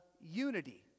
unity